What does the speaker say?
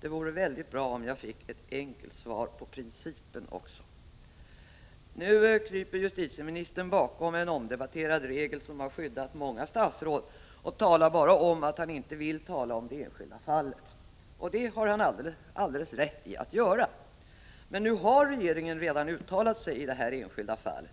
Det vore väldigt bra om jag fick ett enkelt besked om lösningen. Nu kryper justitieministern bakom en omdebatterad regel, som skyddat så många statsråd, och talar bara om att han inte vill tala om det enskilda fallet. Det har han alldeles rätt i att göra. Men, nu har regeringen redan uttalat sig i det här enskilda fallet.